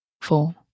four